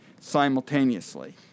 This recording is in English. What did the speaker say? simultaneously